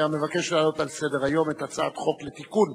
הוא מבקש להעלות על סדר-היום את הצעת החוק לתיקון